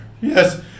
Yes